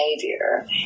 behavior